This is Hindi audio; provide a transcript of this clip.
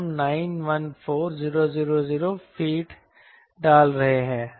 तो हम 914000 फीट डाल रहे हैं